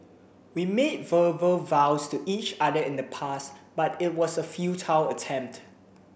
we made verbal vows to each other in the past but it was a futile attempt